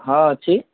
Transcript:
ହ ଅଛି